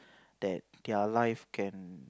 that their life can